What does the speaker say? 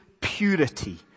purity